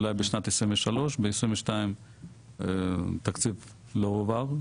אולי בשנת 2023. ב-2022 התקציב לא הועבר,